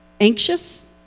Anxious